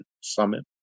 Summit